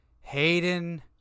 Hayden